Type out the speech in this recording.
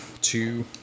two